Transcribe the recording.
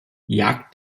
jagd